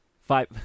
Five